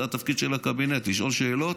זה התפקיד של הקבינט: לשאול שאלות,